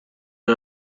این